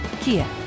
Kia